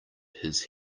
his